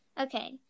Okay